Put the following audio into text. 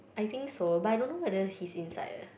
I think so but I don't know whether he's inside eh